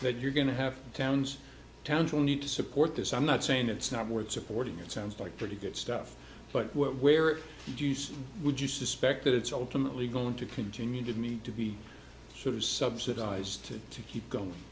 that you're going to have towns towns will need to support this i'm not saying it's not worth supporting it sounds like pretty good stuff but where it would you suspect that it's ultimately going to continue to need to be sort of subsidised to keep going